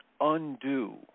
undo